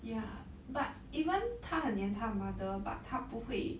ya but even 他很粘他 mother but 他不会